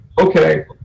okay